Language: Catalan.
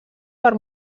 per